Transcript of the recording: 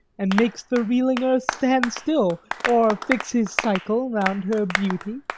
and makes the reeling earth stand still, or fix his cycle round her beauty.